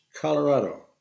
Colorado